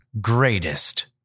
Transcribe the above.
Greatest